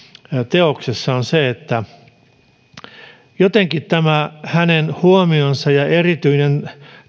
teoksessa on jotenkin tämä hänen huomionsa ja erityinen